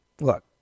Look